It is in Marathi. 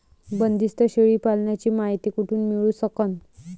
बंदीस्त शेळी पालनाची मायती कुठून मिळू सकन?